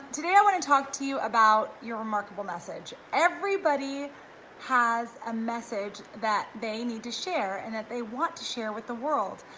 today, i wanna talk to you about your remarkable message. everybody has a message that they need to share and that they want to share with the world,